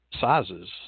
sizes